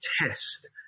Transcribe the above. test